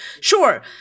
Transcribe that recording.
sure